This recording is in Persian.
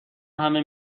همه